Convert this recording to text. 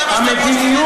זה מה שאתם רוצים.